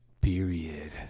period